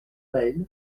bayle